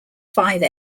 five